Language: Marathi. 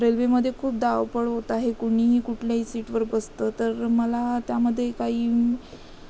रेल्वेमध्ये खूप धावपळ होत आहे कुणीही कुठल्याही सीटवर बसतं तर मला त्यामध्ये काही